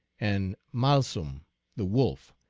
and malsum the wolf,